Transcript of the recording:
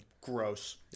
gross